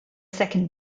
second